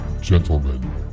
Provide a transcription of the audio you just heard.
gentlemen